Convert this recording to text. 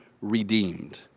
redeemed